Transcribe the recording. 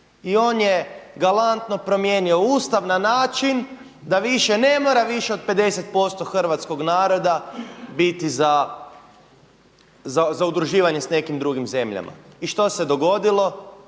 i on je galantno promijenio Ustav na način da više ne mora više od 50% hrvatskog naroda biti za udruživanje s nekim drugim zemljama. I što se dogodilo?